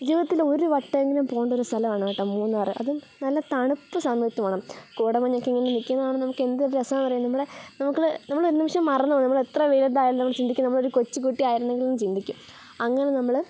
ജീവിതത്തിൽ ഒരു വട്ടം എങ്കിലും പോകേണ്ട ഒരു സ്ഥലമാണ് കേട്ടോ മൂന്നാർ അതും നല്ല തണുപ്പ് സമയത്ത് പോവണം കോടമഞ്ഞൊക്കെ ഇങ്ങനെ നിൽക്കുന്നത് കാണാൻ എന്ത് നല്ല രസം ആണെന്ന് അറിയുമോ നമ്മുടെ നമുക്ക് നമ്മൾ ഒരു നിമിഷം മറന്നുപോവും നമ്മൾ എത്ര വലുത് ആയിരുന്നു എന്ന് ചിന്തിക്കും നമ്മൾ ഒരു കൊച്ചു കുട്ടി ആയിരുന്നെങ്കിൽ ചിന്തിക്കും അങ്ങനെ നമ്മൾ